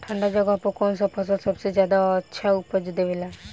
ठंढा जगह पर कौन सा फसल सबसे ज्यादा अच्छा उपज देवेला?